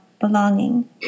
belonging